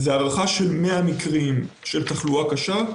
הערכה של 100 מקרים של תחלואה קשה,